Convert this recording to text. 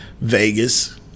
Vegas